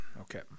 Okay